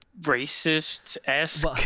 racist-esque